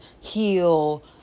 heal